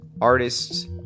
artists